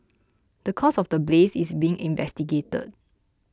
the cause of the blaze is being investigated